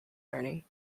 learning